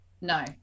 No